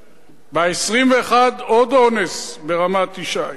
ב-21, עוד אונס ברמת-ישי,